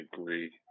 agree